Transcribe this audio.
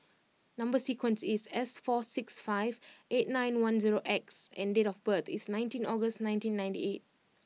number sequence is S four six five eight nine one zero X and date of birth is nineteenth August nineteen ninety eight